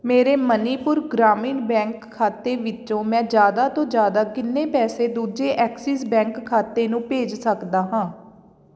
ਮੇਰੇ ਮਨੀਪੁਰ ਗ੍ਰਾਮੀਣ ਬੈਂਕ ਖਾਤੇ ਵਿੱਚੋਂ ਮੈਂ ਜ਼ਿਆਦਾ ਤੋਂ ਜ਼ਿਆਦਾ ਕਿੰਨੇ ਪੈਸੇ ਦੂਜੇ ਐਕਸਿਸ ਬੈਂਕ ਖਾਤੇ ਨੂੰ ਭੇਜ ਸਕਦਾ ਹਾਂ